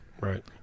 right